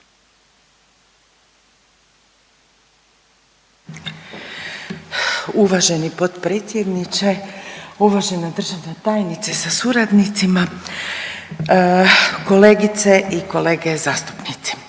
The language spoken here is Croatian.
Uvaženi potpredsjedniče, uvažena državna tajnice sa suradnicima, kolegice i kolege zastupnici.